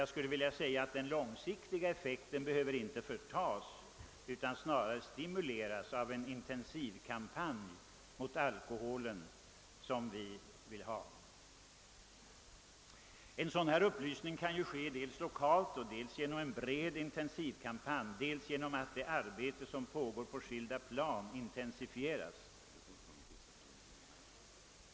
Jag skulle vilja säga att den långsiktiga effekten inte behöver förtas utan snarare torde stimuleras av en sådan intensivkampanj mot alkoholen som vi önskade få till stånd. Dylik upplysning kan ges dels lokalt, dels genom en bred intensivkampanj, dels genom att det arbete som pågår på skilda plan intensifieras.